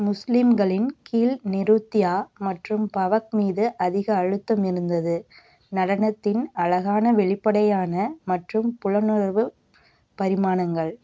முஸ்லிம்களின் கீழ் நிருத்யா மற்றும் பவக் மீது அதிக அழுத்தம் இருந்தது நடனத்தின் அழகான வெளிப்படையான மற்றும் புலனுணர்வு பரிமாணங்கள்